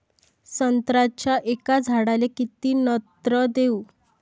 संत्र्याच्या एका झाडाले किती नत्र देऊ?